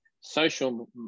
social